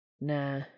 Nah